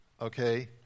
Okay